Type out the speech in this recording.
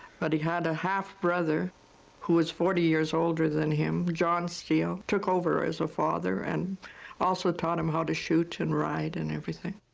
but he had a half brother who was forty years older than him, john steele, took over as a father and also taught him how to shoot and ride and everything.